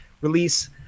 release